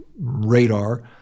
radar